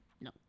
No